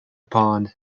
pond